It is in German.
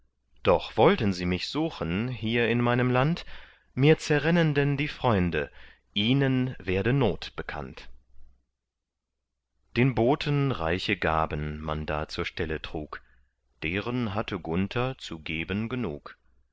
doch wollten sie mich suchen hier in meinem land mir zerrännen denn die freunde ihnen werde not bekannt den boten reiche gaben man da zur stelle trug deren hatte gunther zu geben genug